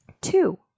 two